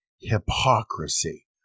Hypocrisy